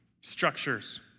structures